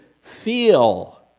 feel